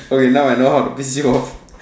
okay now I know how to piss you off